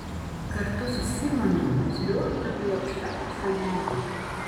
kartu su simonu sliuogdavo į aukščiausią medį